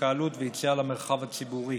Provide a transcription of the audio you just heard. התקהלות ויציאה למרחב הציבורי,